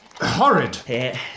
horrid